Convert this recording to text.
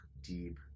deep